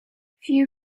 few